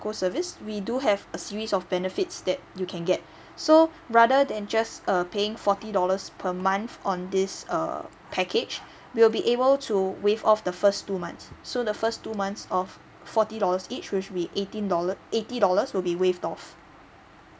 service we do have a series of benefits that you can get so rather than just err paying forty dollars per month on this err package we will be able to waive off the first two months so the first two months of forty dollars each which will be eighteen dollars eighty dollars will be waived off